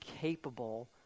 capable